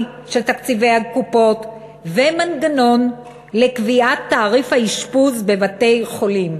של תקציבי הקופות ומנגנון לקביעת תעריף האשפוז בבתי-חולים.